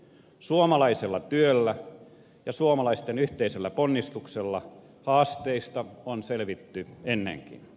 suomalaisella työllä ja suomalaisten yhteisillä ponnistuksilla haasteista on selvitty ennenkin